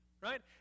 right